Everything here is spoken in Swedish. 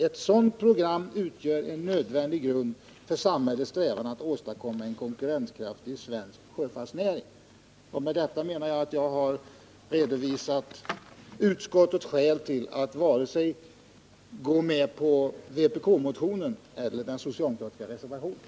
Ett sådant program utgör en nödvändig grund för samhällets strävan att åstadkomma en konkurrenskraftig svensk sjöfartsnäring.” Med detta har jag redovisat skälen till att utskottet inte har gått med på vare sig vpk-motionen eller den socialdemokratiska reservationen.